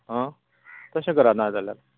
आं तशें करात ना जाल्यार